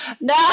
no